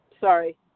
sorry